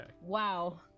Wow